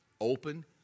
open